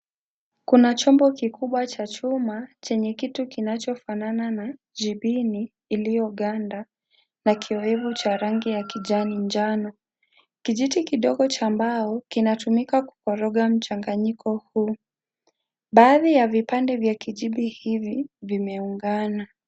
Kuna chombo kikubwa cha chuma chenye kitu kinachofanana na jibini iliyoganda na kioevu cha rangi ya kijani njano. Kijiti kidogo cha mbao kinatumika kukoroga mchanganyiko huu. Baadhi ya vipande vya kijibi hivi vimeungana.